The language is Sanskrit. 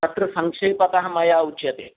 तत्र सङ्क्षेपतः मया उच्यते